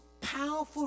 powerful